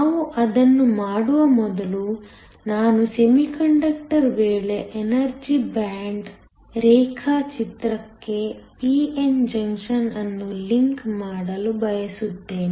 ನಾವು ಅದನ್ನು ಮಾಡುವ ಮೊದಲು ನಾನು ಸೆಮಿಕಂಡಕ್ಟರ್ ವೇಳೆ ಎನರ್ಜಿ ಬ್ಯಾಂಡ್ ರೇಖಾಚಿತ್ರಕ್ಕೆ p n ಜಂಕ್ಷನ್ ಅನ್ನು ಲಿಂಕ್ ಮಾಡಲು ಬಯಸುತ್ತೇನೆ